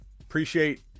appreciate